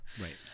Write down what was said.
right